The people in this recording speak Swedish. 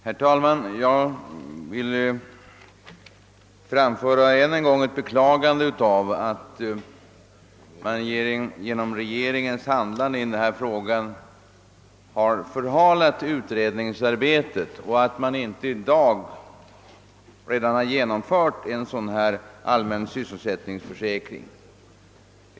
Herr talman! Jag vill än en gång beklaga att regeringen genom sitt handlande i denna fråga har förhalat utredningsarbetet och att man inte redan har genomfört en allmän sysselsättningsförsäkring.